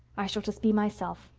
i shall just be myself.